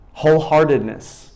Wholeheartedness